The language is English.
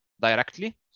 directly